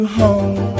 home